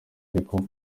ariko